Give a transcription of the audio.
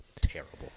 Terrible